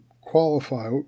qualify